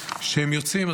שהם יוצאים,